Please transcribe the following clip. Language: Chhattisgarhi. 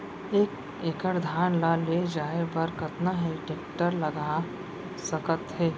एक एकड़ धान ल ले जाये बर कतना टेकटर लाग सकत हे?